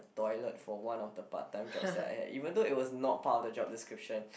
toilet for one of the part time jobs that I had even though it was not part of the job description